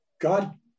God